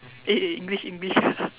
eh eh English English